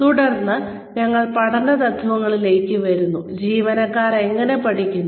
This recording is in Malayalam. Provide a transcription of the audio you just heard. തുടർന്ന് ഞങ്ങൾ പഠന തത്വങ്ങളിലേക്ക് വരുന്നു ജീവനക്കാർ എങ്ങനെ പഠിക്കുന്നു